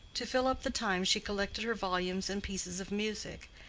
to fill up the time she collected her volumes and pieces of music,